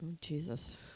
Jesus